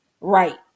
right